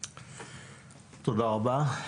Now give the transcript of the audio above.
תודה רבה.